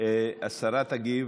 השרה תגיב,